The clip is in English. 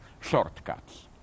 Shortcuts